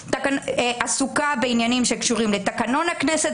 עסוקה בעניינים שקשורים לתקנון הכנסת,